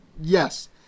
yes